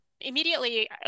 immediately